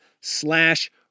slash